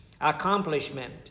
accomplishment